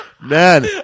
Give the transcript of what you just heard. Man